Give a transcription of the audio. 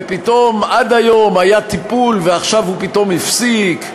ופתאום עד היום היה טיפול ועכשיו הוא פתאום נפסק,